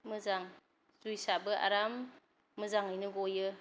मोजां जुइसआबो आराम मोजाङैनो गयो